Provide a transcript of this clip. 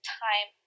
time